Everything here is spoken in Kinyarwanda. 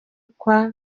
kwa